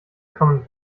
common